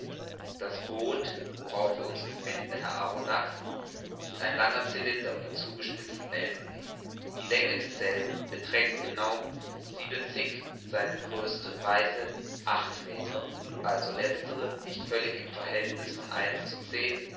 das boot worauf wir uns befinden herr arronax ist ein langer cylinder mit zugespitzten enden die länge desselben beträgt genau siebenzig seine größte breite acht meter also letztere nicht völlig im verhältniß von eins zu zehn